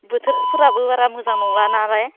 बोथोरफोराबो बारा मोजां नंला नालाय